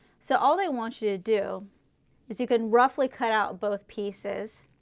so all they want you to do is you can roughly cut out both pieces,